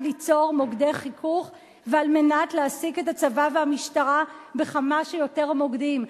ליצור מוקדי חיכוך ועל מנת להעסיק את הצבא והמשטרה בכמה שיותר מוקדים".